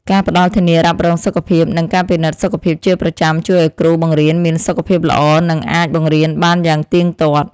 ការផ្តល់ធានារ៉ាប់រងសុខភាពនិងការពិនិត្យសុខភាពជាប្រចាំជួយឱ្យគ្រូបង្រៀនមានសុខភាពល្អនិងអាចបង្រៀនបានយ៉ាងទៀងទាត់។